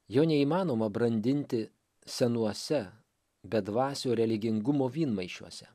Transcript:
jo neįmanoma brandinti senuose bedvasio religingumo vynmaišiuose